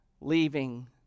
leaving